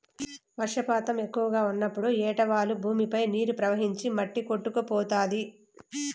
వర్షపాతం ఎక్కువగా ఉన్నప్పుడు ఏటవాలు భూమిపై నీరు ప్రవహించి మట్టి కొట్టుకుపోతాది